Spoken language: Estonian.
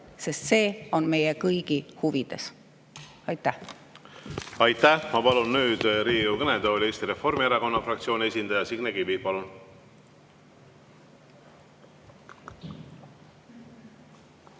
sest see on meie kõigi huvides. Aitäh! Aitäh! Ma palun nüüd Riigikogu kõnetooli Eesti Reformierakonna fraktsiooni esindaja Signe Kivi. Palun!